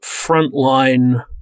frontline